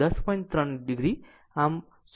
3 o